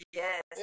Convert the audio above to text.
yes